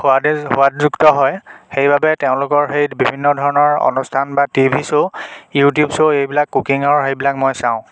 সোৱাদেচ সোৱাদযুক্ত হয় সেইবাবে তেওঁলোকৰ সেই বিভিন্নধৰণৰ অনুষ্ঠান বা T V show YouTube show এইবিলাক কুকিঙৰ সেইবিলাক মই চাওঁ